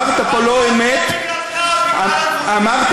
אמרת